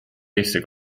eesti